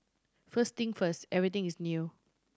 first thing first everything is new